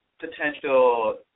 potential